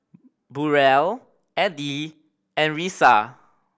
Burrell Eddy and Risa